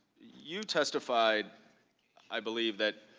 you testified i believe that,